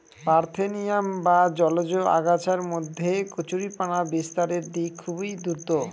parthenium বা জলজ আগাছার মধ্যে কচুরিপানা বিস্তারের দিক খুবই দ্রূত